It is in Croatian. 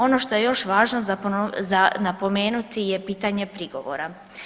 Ono što je još važno za napomenuti je pitanje prigovora.